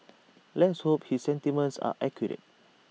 let's hope his sentiments are accurate